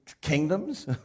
kingdoms